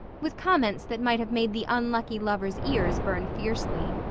with comments that might have made the unlucky lover's ears burn fiercely.